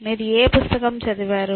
మీరు ఏ పుస్తకం చదివారు